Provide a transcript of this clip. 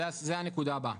זו הנקודה הבאה.